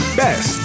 best